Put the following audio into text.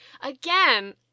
again